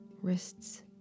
wrists